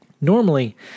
Normally